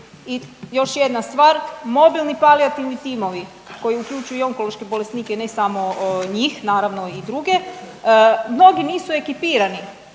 I još jedna stvar, mobilni palijativni timovi koji uključuju i onkološke bolesnike, ne samo njih, naravno i druge, mnogi nisu ekipirani